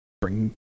bring